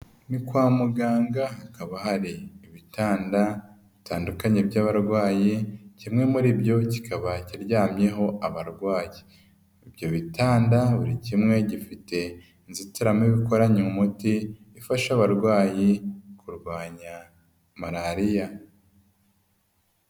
Ni kwa muganga hakaba hari ibitanda bitandukanye by'abarwayi kimwe muri byo kikaba kiryamyeho abarwayi, ibyo bitanda buri kimwe gifite inzitiramibu ikoranye umuti ifasha abarwayi kurwanya malariya.